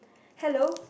hello